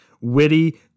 Witty